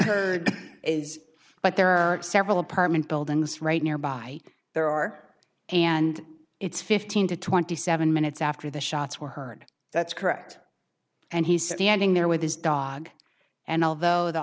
hurd is but there are several apartment buildings right nearby there are and it's fifteen to twenty seven minutes after the shots were heard that's correct and he said he ending there with his dog and although the